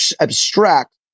abstract